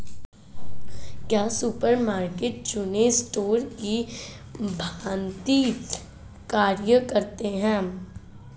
क्या supermarket chain store की भांति कार्य करते हैं?